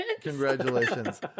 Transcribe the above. Congratulations